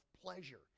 pleasure